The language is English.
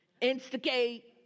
instigate